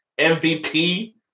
MVP